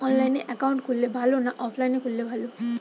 অনলাইনে একাউন্ট খুললে ভালো না অফলাইনে খুললে ভালো?